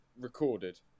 recorded